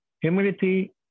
humility